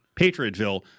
Patriotville